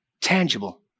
tangible